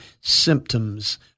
symptoms